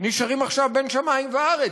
נשארים עכשיו בין שמים וארץ,